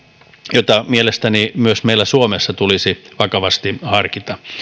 jota mielestäni myös meillä suomessa tulisi vakavasti harkita